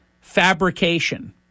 fabrication